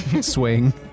swing